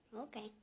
Okay